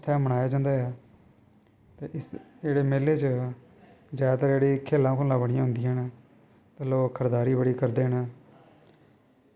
उत्थें मनाया जंदा ऐ ते ओह् जेह्ड़े मेले च जादैतर जेह्ड़ी खेल्लां बड़ियां होंदियां न ते लोग खड़बेरी बड़ी करदे न